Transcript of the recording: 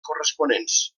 corresponents